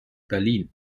berlin